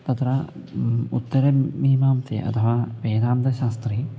तत्र उत्तरमीमांसायाम् अथवा वेदान्तशास्त्रे